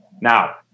now